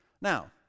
Now